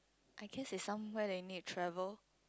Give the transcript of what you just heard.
I guess is somewhere they need travel